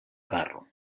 carro